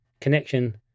connection